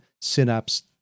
Synapse